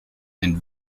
and